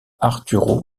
arturo